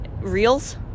reels